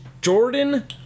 Jordan